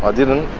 ah didn't.